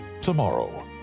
Tomorrow